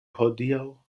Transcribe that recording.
hodiaŭ